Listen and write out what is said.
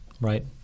right